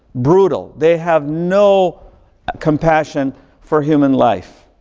brutal. they have no compassion for human life.